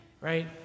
right